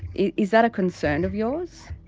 is that a concern of yours?